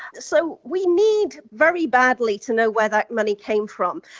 so we need very badly to know where the money came from,